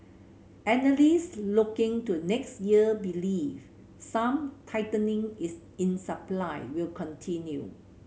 analysts looking to next year believe some tightening is in supply will continue